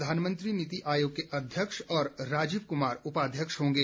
प्रधानमंत्री नीति आयोग के अध्यक्ष और राजीव कुमार उपाध्यक्ष होंगे